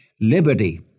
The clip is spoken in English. Liberty